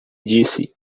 disse